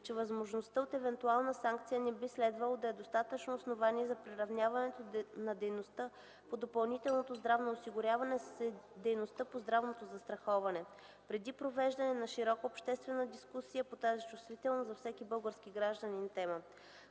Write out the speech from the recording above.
че възможността от евентуална санкция не би следвало да е достатъчно основание за приравняване на дейността по допълнителното здравно осигуряване с дейността по здравното застраховане, преди провеждането на широка обществена дискусия по тази чувствителна за всеки български гражданин тема.